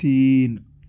تین